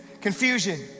Confusion